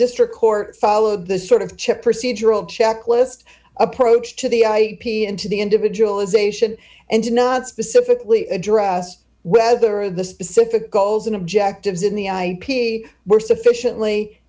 district court followed the sort of chip procedural checklist approach to the into the individualisation and to not specifically address whether the specific goals and objectives in the i p were sufficiently